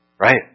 Right